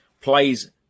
plays